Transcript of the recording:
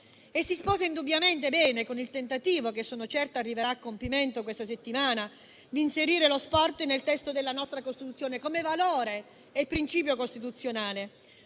Si sposa indubbiamente bene con il tentativo, che sono certa arriverà a compimento questa settimana, di inserire lo sport nel testo della nostra Costituzione come valore e principio costituzionale,